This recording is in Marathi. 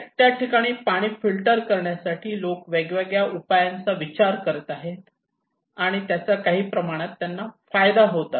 त्या ठिकाणी पाणी फिल्टर करण्यासाठी लोक वेगळ्या ऊपायांचा विचार करत आहेत आणि त्याचा काही प्रमाणात त्यांना फायदा होत आहे